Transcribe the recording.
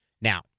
Now